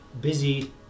busy